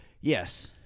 Yes